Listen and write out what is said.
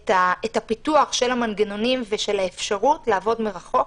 את פיתוח המנגנונים והאפשרות לעבוד מרחוק.